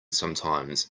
sometimes